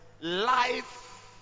life